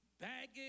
baggage